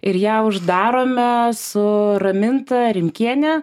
ir ją uždarome su raminta rimkienė